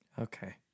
Okay